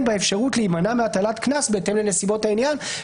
באפשרות להימנע מהטלת קנס בהתאם לנסיבות העניין.",